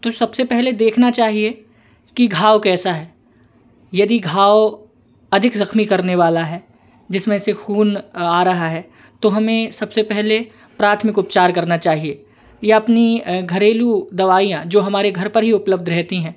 तो सबसे पहले देखना चाहिए कि घाव कैसा है यदि घाव अधिक जख्मी करने वाला है जिसमें से खून आ रहा है तो हमें सबसे पहले प्राथमिक उपचार करना चाहिए या अपनी घरेलू दवाइयाँ जो हमारे घर पर ही उपलब्ध रहती हैं